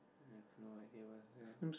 I have no idea what's that